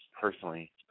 personally